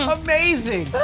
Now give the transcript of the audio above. amazing